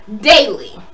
daily